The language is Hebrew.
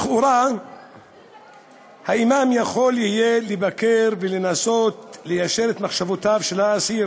לכאורה האימאם יכול יהיה לבקר ולנסות ליישר את מחשבותיו של האסיר